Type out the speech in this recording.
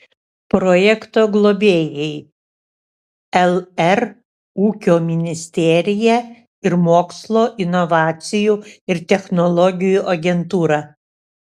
projekto globėjai lr ūkio ministerija ir mokslo inovacijų ir technologijų agentūra